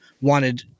wanted